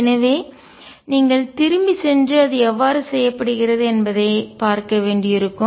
எனவே நீங்கள் திரும்பிச் சென்று அது எவ்வாறு செய்யப்படுகிறது என்பதைப் பார்க்க வேண்டியிருக்கும்